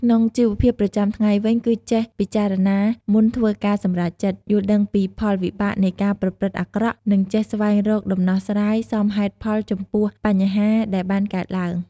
ក្នុងជីវភាពប្រចាំថ្ងៃវិញ គឺចេះពិចារណាមុនធ្វើការសម្រេចចិត្ត យល់ដឹងពីផលវិបាកនៃការប្រព្រឹត្តអាក្រក់ និងចេះស្វែងរកដំណោះស្រាយសមហេតុផលចំពោះបញ្ហាដែលបានកើតឡើង។